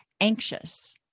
anxious